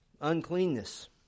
uncleanness